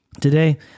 Today